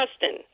Justin